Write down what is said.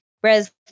Whereas